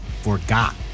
forgot